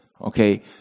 Okay